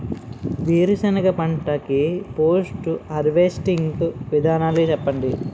వేరుసెనగ పంట కి పోస్ట్ హార్వెస్టింగ్ విధానాలు చెప్పండీ?